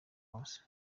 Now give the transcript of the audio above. hose